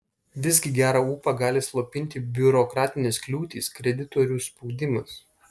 visgi gerą ūpą gali slopinti biurokratinės kliūtys kreditorių spaudimas